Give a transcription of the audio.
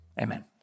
Amen